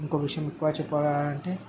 ఇంకో విషయం ఎక్కువ చెప్పాలి అంటే